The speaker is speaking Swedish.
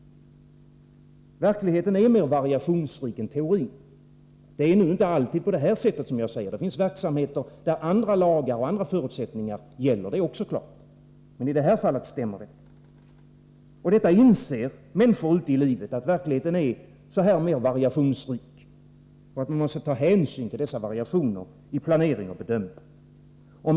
Verkligheten är mer variationsrik än teorin. Det är nu inte alltid på det sätt som jag här beskriver. Det finns verksamheter där andra lagar och andra förutsättningar gäller, det är också klart. Men i det här fallet stämmer det. Människorna ute i livet inser att verkligheten är mera variationsrik och att man måste ta hänsyn till dessa variationer vid planering och bedömningar.